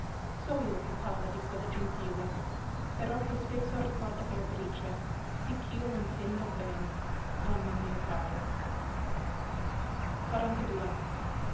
so io che parla di quella gentile però che spesso ricorda beatrice sì ch'io lo ntendo ben donne mie care